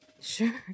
Sure